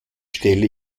stelle